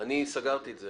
אני סגרתי את זה.